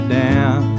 down